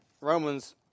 Romans